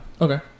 Okay